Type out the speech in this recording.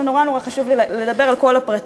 זה נורא נורא חשוב לי לדבר על כל הפרטים,